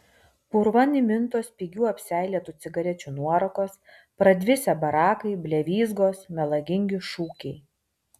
purvan įmintos pigių apseilėtų cigarečių nuorūkos pradvisę barakai blevyzgos melagingi šūkiai